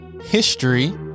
History